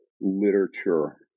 literature